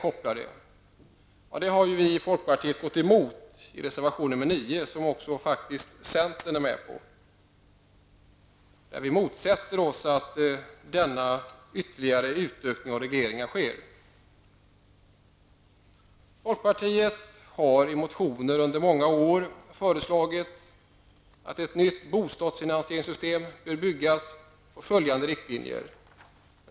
I folkpartiet har vi gått emot detta i reservation 9, som faktiskt också centern är med på. Vi motsätter oss alltså ytterligare regleringar. Folkpartiet har i motioner under många år föreslagit att ett nytt bostadsfinansieringssystem bör bygga på följande riktlinjer.